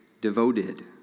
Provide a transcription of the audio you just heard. devoted